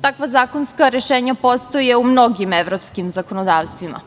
Takva zakonska rešenja postoje u mnogim evropskim zakonodavstvima.